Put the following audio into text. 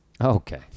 Okay